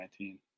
2019